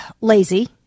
lazy